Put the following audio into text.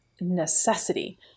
necessity